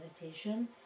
meditation